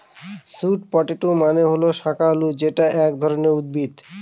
sweet potato মানে হল শাকালু যেটা এক ধরনের উদ্ভিদ